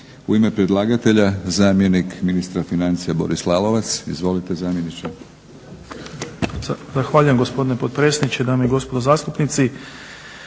U ime predlagatelja zamjenik ministra financija Boris Lalovac. Izvolite zamjeniče.